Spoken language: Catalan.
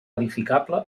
edificable